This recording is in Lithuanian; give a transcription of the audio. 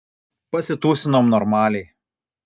pasitūsinom normaliai